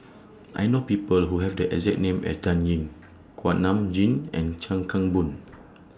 I know People Who Have The exact name as Dan Ying Kuak Nam Jin and Chuan Keng Boon